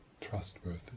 trustworthy